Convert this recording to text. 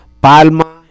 Palma